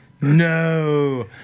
no